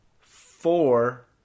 four